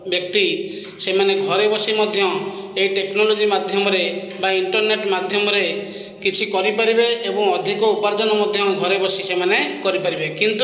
ବ୍ୟକ୍ତି ସେମାନେ ଘରେ ବସି ମଧ୍ୟ ଏଇ ଟେକ୍ନୋଲୋଜି ମାଧ୍ୟମରେ ବା ଇଣ୍ଟର୍ନେଟ ମାଧ୍ୟମରେ କିଛି କରି ପାରିବେ ଏବଂ ଅଧିକ ଉପାର୍ଜନ ମଧ୍ୟ ଘରେ ବସି ସେମାନେ କରି ପାରିବେ କିନ୍ତୁ